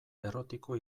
errotiko